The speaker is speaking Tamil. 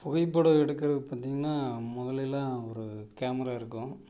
புகைப்படம் எடுக்குறது பார்த்தீங்கனா முதலெலாம் ஒரு கேமரா இருக்கும்